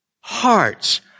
hearts